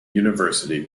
university